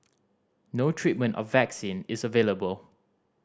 no treatment or vaccine is available